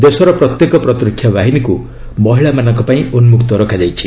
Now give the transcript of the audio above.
ଦେଶର ପ୍ରତ୍ୟେକ ପ୍ରତିରକ୍ଷା ବାହିନୀକୁ ମହିଳାମାନଙ୍କ ପାଇଁ ଉନ୍ନକ୍ତ ରଖାଯାଇଛି